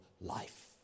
life